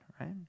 Right